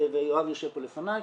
ויואב יושב פה לפניי,